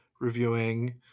reviewing